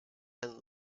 and